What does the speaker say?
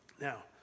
Now